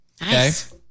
Nice